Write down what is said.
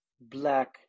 Black